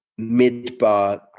Midbar